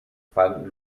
fan